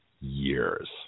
years